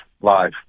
live